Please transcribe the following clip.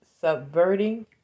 subverting